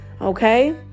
Okay